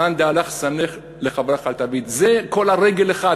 מאן דסני עלך לחברך אל תעביד, זה כל הרגל האחת.